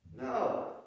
No